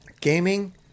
Gaming